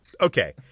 Okay